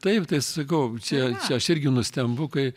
taip tai sakau čia aš irgi nustembu kai